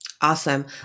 Awesome